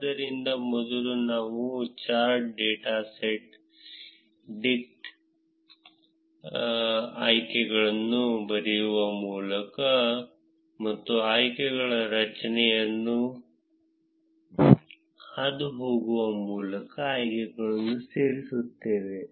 ಆದ್ದರಿಂದ ಮೊದಲು ನಾವು ಚಾರ್ಟ್ ಡಾಟ್ ಸೆಟ್ ಡಿಕ್ಟ್ ಆಯ್ಕೆಗಳನ್ನು ಬರೆಯುವ ಮೂಲಕ ಮತ್ತು ಆಯ್ಕೆಗಳ ರಚನೆಯನ್ನು ಹಾದುಹೋಗುವ ಮೂಲಕ ಆಯ್ಕೆಗಳನ್ನು ಸೇರಿಸುತ್ತೇವೆ